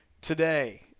Today